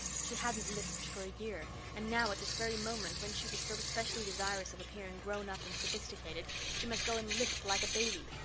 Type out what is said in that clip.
she hadn't lisped for a year and now at this very moment, when she was so especially desirous of appearing grown up and sophisticated, she must go and lisp like a baby!